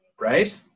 right